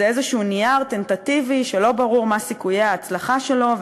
זה איזשהו נייר טנטטיבי שלא ברור מה סיכויי ההצלחה שלו,